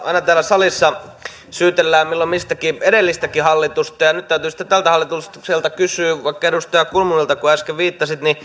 aina täällä salissa syytellään milloin mistäkin edellistäkin hallitusta ja nyt täytyy sitten tältä hallitukselta kysyä vaikka edustaja kulmunilta kun äsken näihin viittasit